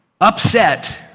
Upset